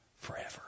forever